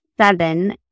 seven